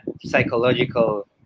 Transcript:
psychological